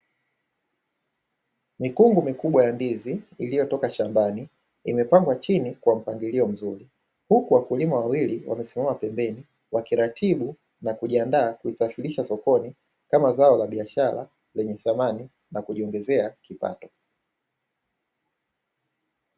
Mikungu mikubwa ya ndizi iliyotoka shambani imepangwa chini kwa mpangilio mzuri, huku wakulima wawili wamesimama pembeni wakiratibu na kijiandaa kizisafirisha sokoni kama zao la biashara lenye thamani na kujiongezea kipato.